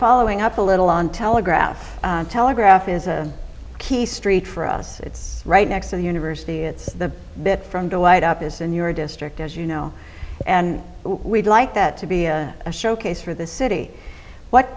following up a little on telegraph telegraph is a key street for us it's right next to the university it's a bit from the light up it's in your district as you know and we'd like that to be a showcase for the city what